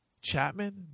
Chapman